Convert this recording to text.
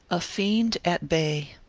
a fiend at bay